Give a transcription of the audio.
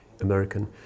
American